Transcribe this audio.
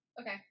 Okay